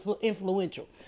influential